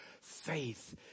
faith